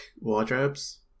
wardrobes